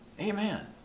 Amen